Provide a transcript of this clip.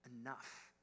enough